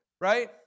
right